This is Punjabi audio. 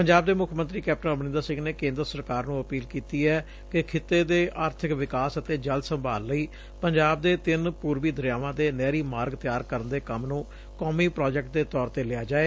ਪੰਜਾਬ ਦੇ ਮੁੱਖ ਮੰਤਰੀ ਕੈਪਟਨ ਅਮਰਿੰਦਰ ਸਿੰਘ ਨੇ ਕੇਂਦਰ ਸਰਕਾਰ ਨੂੰ ਅਪੀਲ ਕੀਤੀ ਐ ਕਿ ਖਿੱਤੇ ਦੇ ਆਰਥਿਕ ਵਿਕਾਸ ਅਤੇ ਜਲ ਸੰਭਾਲ ਲਈ ਪੰਜਾਬ ਦੇ ਤਿੰਨ ਪੁਰਬੀ ਦਰਿਆਵਾਂ ਦੇ ਨਹਿਰੀ ਮਾਰਗ ਤਿਆਰ ਕਰਨ ਦੇ ਕੰਮ ਨੁੰ ਕੌਮੀ ਪ੍ਾਜੈਕਟ ਦੇ ਤੌਰ ਤੇ ਲਿਆ ਜਾਵੇ